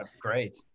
Great